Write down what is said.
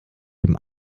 dem